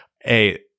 Hey